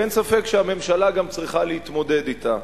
ואין ספק שהממשלה גם צריכה להתמודד אתה.